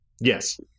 Yes